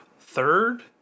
third